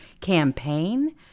campaign